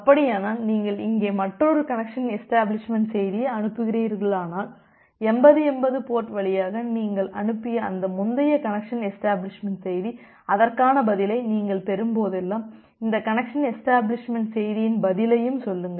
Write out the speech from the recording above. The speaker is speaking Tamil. அப்படியானால் நீங்கள் இங்கே மற்றொரு கனெக்சன் எஷ்டபிளிஷ்மெண்ட் செய்தியை அனுப்புகிறீர்களானால் 8080 போர்ட் வழியாக நீங்கள் அனுப்பிய இந்த முந்தைய கனெக்சன் எஷ்டபிளிஷ்மெண்ட் செய்தி அதற்கான பதிலை நீங்கள் பெறும்போதெல்லாம் இந்த கனெக்சன் எஷ்டபிளிஷ்மெண்ட் செய்தியின் பதிலையும் சொல்லுங்கள்